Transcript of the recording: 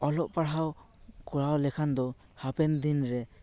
ᱚᱞᱚᱜ ᱯᱟᱲᱦᱟᱣ ᱠᱚᱨᱟᱣ ᱞᱮᱠᱷᱟᱱ ᱫᱚ ᱦᱟᱯᱮᱱ ᱫᱤᱱᱨᱮ